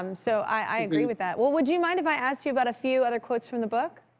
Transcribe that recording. um so i agree with that. well, would you mind if i asked you about a few other quotes from the book?